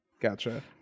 Gotcha